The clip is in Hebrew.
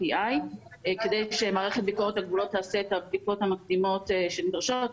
- כדי שמערכת ביקורת הגבולות תעשה את הבדיקות המדגימות שנדרשות,